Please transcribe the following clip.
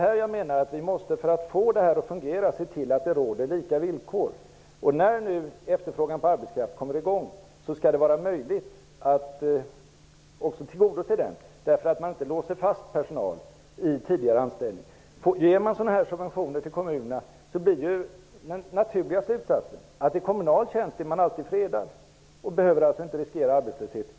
För att få det att fungera måste vi se till att det råder lika villkor. När nu efterfrågan på arbetskraft kommer i gång skall det vara möjligt att också tillgodose den och inte låsa fast personal i tidigare anställning. Om vi ger subventioner till kommunerna blir den naturliga slutsatsen att man alltid är fredad i kommunal tjänst och inte behöver riskera arbetslöshet.